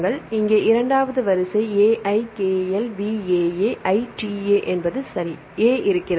எனவே இங்கே இரண்டாவது வரிசை AIKLVAAITA என்பது சரி A இருக்கிறது